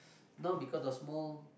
now because of Smoo